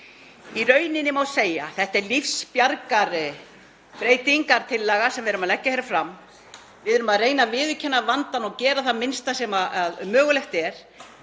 Í rauninni má segja að þetta sé lífsbjargarbreytingartillaga sem við erum að leggja hér fram. Við erum að reyna að viðurkenna vandann og gera það minnsta sem mögulegt er.